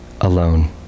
alone